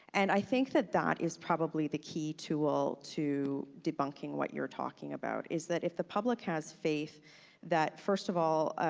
and i think that that is probably the key tool to debunking what you're talking about is that if the public has faith that first of all,